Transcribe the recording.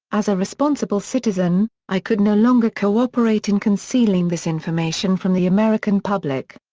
as a responsible citizen, i could no longer cooperate in concealing this information from the american public.